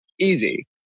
easy